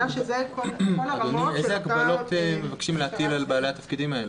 אילו הגבלות מבקשים להטיל על בעלי התפקידים האלה?